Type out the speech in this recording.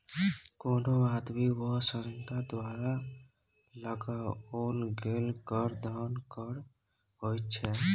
कोनो आदमी वा संस्था द्वारा लगाओल गेल कर धन कर होइत छै